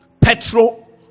petrol